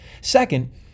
Second